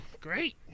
great